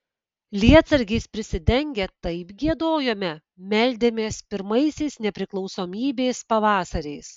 lietsargiais prisidengę taip giedojome meldėmės pirmaisiais nepriklausomybės pavasariais